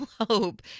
hope